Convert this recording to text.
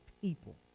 people